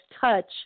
touch